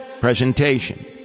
presentation